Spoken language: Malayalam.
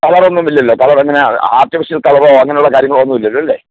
കളറ് ഒന്നും ഇല്ലല്ലോ കളർ ഇങ്ങനെ ആർട്ടിഫിഷ്യൽ കളറോ അങ്ങനെയുള്ള കാര്യങ്ങളൊന്നും ഇല്ലല്ലോ അല്ലേ